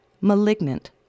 malignant